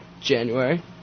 January